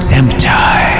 empty